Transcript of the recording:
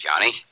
Johnny